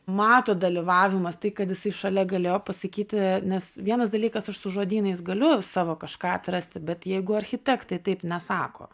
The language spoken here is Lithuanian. mato dalyvavimas tai kad jisai šalia galėjo pasakyti nes vienas dalykas aš su žodynais galiu savo kažką atrasti bet jeigu architektai taip nesako